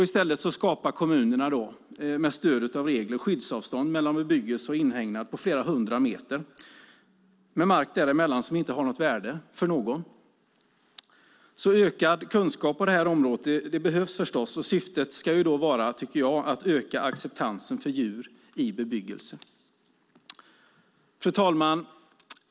I stället skapar kommunerna med stöd av regler skyddsavstånd mellan bebyggelse och inhägnad på flera hundra meter med mark däremellan som inte har något värde för någon. Ökad kunskap på området behövs förstås, och syftet ska vara att öka acceptansen för djur i bebyggelse. Fru talman!